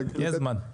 יש זמן.